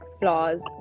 flaws